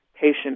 patient